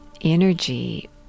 energy